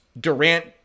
Durant